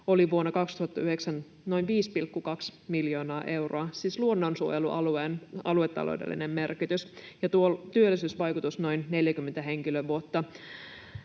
oli vuonna 2019 noin 5,2 miljoonaa euroa — siis luonnonsuojelualueen aluetaloudellinen merkitys — ja tuo työllisyysvaikutus noin 40 henkilövuotta.